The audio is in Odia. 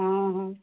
ହଁ ହଁ